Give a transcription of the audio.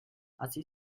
así